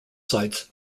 sides